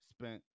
spent